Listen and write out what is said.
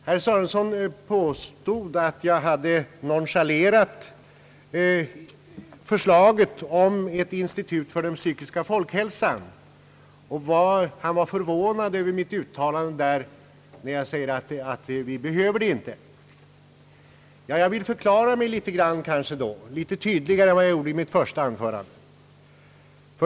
Herr Sörenson påstod att jag hade nonchalerat förslaget om ett institut för den psykiska folkhälsan, och han var förvånad över mitt uttalande, att jag anser att ett sådant institut inte behövs. Jag skall förklara mig litet tydligare än vad jag kanske gjorde i mitt första anförande.